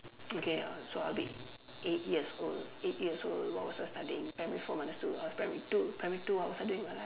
okay so I'll be eight years old eight years old what was I studying primary four minus two I was primary two primary two what was I doing with my life